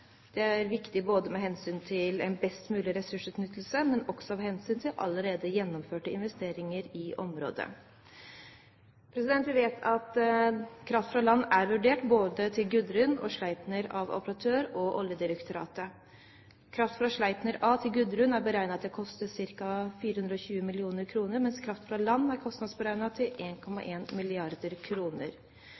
Det er viktig av hensyn til best mulig ressursutnyttelse, men også av hensyn til allerede gjennomførte investeringer i området. Vi vet at kraft fra land er vurdert, både til Gudrun og Sleipner av operatør og Oljedirektoratet. Kraft fra Sleipner A til Gudrun er beregnet til å koste ca. 420 mill. kr, mens kraft fra land er kostnadsberegnet til